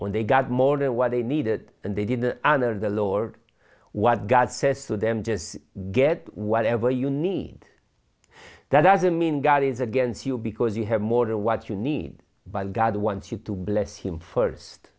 when they got more than what they needed and they didn't honor the lord what god says to them just get whatever you need that doesn't mean god is against you because you have more than what you need by god wants you to bless him first